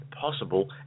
possible